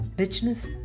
Richness